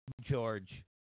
George